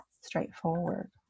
straightforward